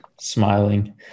smiling